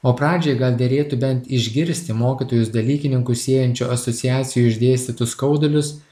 o pradžiai gal derėtų bent išgirsti mokytojus dalykininkus siejančių asociacijų išdėstytus skaudulius